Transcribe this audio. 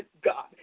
God